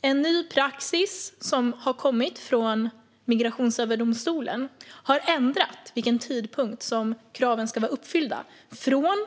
En ny praxis från Migrationsöverdomstolen har ändrat vid vilken tidpunkt kraven ska vara uppfyllda: från